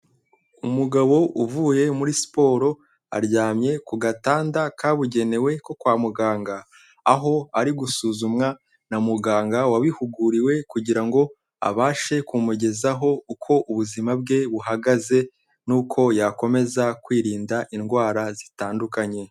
Umugabo uvuye muri siporo aryamye ku gatanda kabugenewe ko kwa muganga, aho ari gusuzumwa na muganga wabihuguriwe kugira ngo abashe kumugezaho uko ubuzima bwe buhagaze n'uko yakomeza kwirinda indwara zitandukanye.